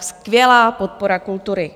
skvělá podpora kultury.